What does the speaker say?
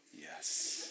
yes